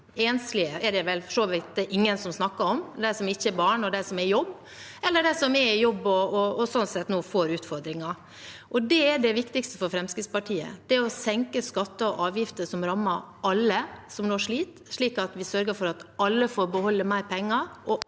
Enslige er det vel for så vidt ingen som snakker om – dem som ikke har barn, og som er i jobb, eller dem som er i jobb, og sånn sett nå får utfordringer. Det viktigste for Fremskrittspartiet er å senke skatter og avgifter som rammer alle som nå sliter, slik at vi sørger for at alle får beholde mer penger